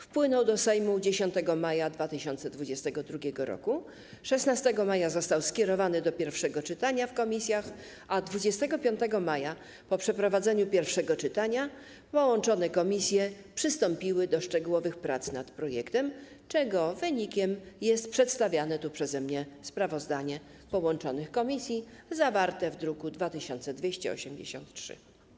Wpłynął do Sejmu 10 maja 2022 r., 16 maja został skierowany do pierwszego czytania na posiedzeniu komisji, a 25 maja po przeprowadzeniu pierwszego czytania połączone komisje przystąpiły do szczegółowych prac nad projektem, czego wynikiem jest przedstawiane tu przeze mnie sprawozdanie połączonych komisji zawarte w druku nr 2283.